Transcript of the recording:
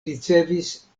ricevis